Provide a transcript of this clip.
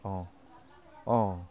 অঁ অঁ